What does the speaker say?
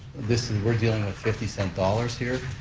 this is, we're dealing with fifty cent dollars here,